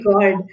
God